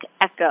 Echo